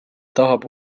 tahab